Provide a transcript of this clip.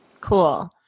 Cool